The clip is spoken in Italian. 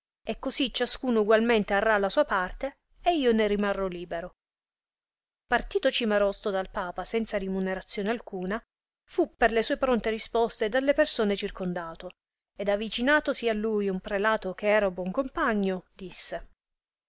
e così ciascuno ugualmente arra la parte sua e io ne rimarrò libero partito cimarosto dal papa senza rimunerazione alcuna fu per le sue pronte risposte dalle persone circondato ed avicìnatosi a lui un prelato che era buon compagno disse